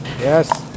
Yes